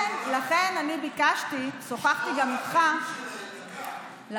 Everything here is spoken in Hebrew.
לשמור על החיים שלהם,